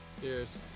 Cheers